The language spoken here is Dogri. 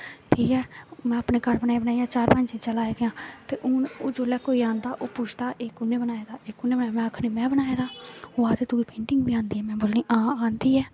ठीक ऐ में अपने घर बनाई बनाई चार पंज चीजां ओह् जिसले कोई पुछदा एह् कुनै बनाए दा एह कुसने बनाए दा में बनाए दा ओह् आक्खदे तुगी पैटिंग बी आंदी ऐ